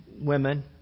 women